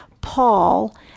Paul